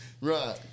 Right